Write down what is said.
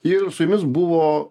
ir su jumis buvo